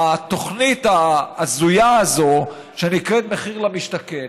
התוכנית ההזויה הזאת שנקראת "מחיר למשתכן".